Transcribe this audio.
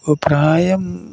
പ്രായം